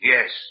Yes